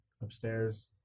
upstairs